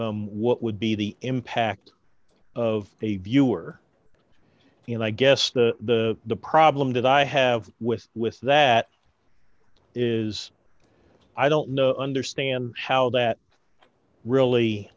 what would be the impact of the viewer and i guess the the problem that i have with with that is i don't know understand how that really